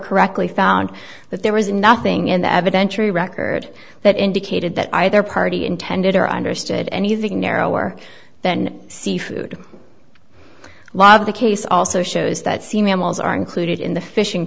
correctly found that there was nothing in the adventure record that indicated that either party intended or understood anything narrower than seafood a lot of the case also shows that sea mammals are included in the fishing